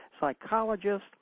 psychologists